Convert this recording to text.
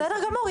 בסדר גמור,